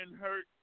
hurt